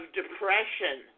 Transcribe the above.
depression